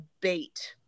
bait